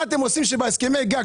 מה אתם עושים עם הסכמי גג,